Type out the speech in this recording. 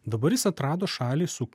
dabar jis atrado šalį su